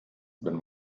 wenn